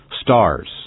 stars